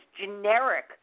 generic